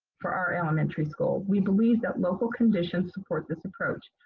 for our elementary school. we believe that local conditions support this approach.